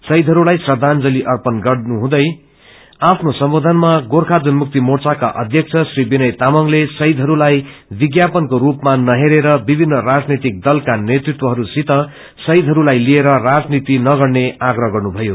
शहीदहस्लाई श्रदाजंली अर्पण गर्नु हुँदै आफ्नो सम्बोधनामा गोर्खा जनमुक्ति मोचाका अध्यक्ष श्री विनय तामंगले शहीदहरूलाई विाापनको रूपमा नहेरेर विभिन्न राजनैतिक दलका नेतृत्हरूसित शहीदहरूलाई लिएर राजनिती नगर्ने आग्रह गर्नुभयो